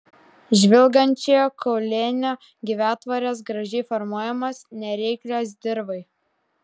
žvilgančiojo kaulenio gyvatvorės gražiai formuojamos nereiklios dirvai